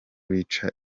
wica